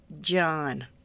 John